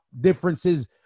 differences